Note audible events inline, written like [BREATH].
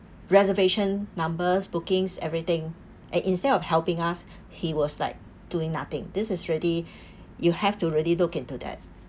reservation numbers bookings everything and instead of helping us he was like doing nothing this is really [BREATH] you have to really look into that